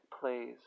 plays